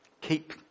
Keep